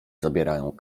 zabierają